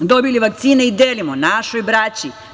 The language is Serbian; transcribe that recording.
Dobili vakcine i delimo našoj braći.